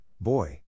boy